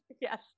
yes